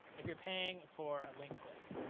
if you're paying for a link click,